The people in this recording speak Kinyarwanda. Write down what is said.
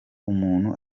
umuntu